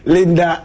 Linda